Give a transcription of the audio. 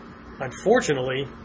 Unfortunately